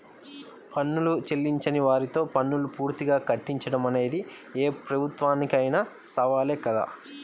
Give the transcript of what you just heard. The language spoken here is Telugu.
పన్నులు చెల్లించని వారితో పన్నులు పూర్తిగా కట్టించడం అనేది ఏ ప్రభుత్వానికైనా సవాలే కదా